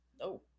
No